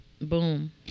Boom